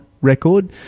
record